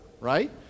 right